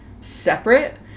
separate